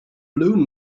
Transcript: blue